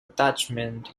attachment